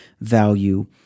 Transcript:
value